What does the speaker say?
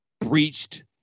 breached